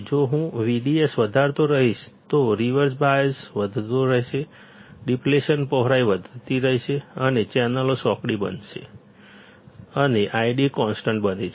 જો હું VDS વધારતો રહીશ તો રીવર્સ બાયસ વધતો રહેશે ડીપ્લેશનની પહોળાઈ વધતી રહેશે અને ચેનલો સાંકડી બને છે અને ID કોન્સ્ટન્ટ બને છે